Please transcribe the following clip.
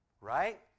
Right